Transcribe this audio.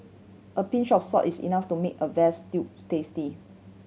a pinch of salt is enough to make a vast stew tasty